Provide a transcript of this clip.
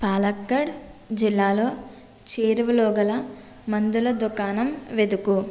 పాలక్కడ్ జిల్లాలో చేరువలోగల మందుల దుకాణం వెతుకు